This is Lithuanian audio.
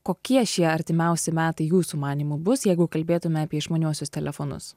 kokie šie artimiausi metai jūsų manymu bus jeigu kalbėtume apie išmaniuosius telefonus